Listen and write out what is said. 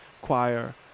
choir